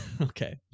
Okay